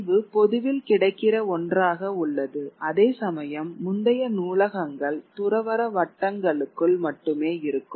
அறிவு பொதுவில் கிடைக்கிற ஒன்றாக உள்ளது அதேசமயம் முந்தைய நூலகங்கள் துறவற வட்டங்களுக்குள் மட்டுமே இருக்கும்